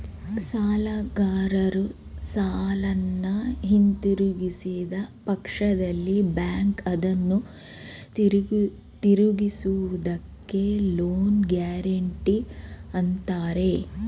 ಸಾಲಗಾರರು ಸಾಲನ ಹಿಂದಿರುಗಿಸಿದ ಪಕ್ಷದಲ್ಲಿ ಬ್ಯಾಂಕ್ ಅದನ್ನು ತಿರಿಸುವುದಕ್ಕೆ ಲೋನ್ ಗ್ಯಾರೆಂಟಿ ಅಂತಾರೆ